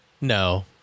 No